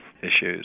issues